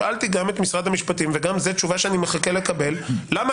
שאלתי גם את משרד המשפטים וגם זה תשובה שאני מחכה לקבל למה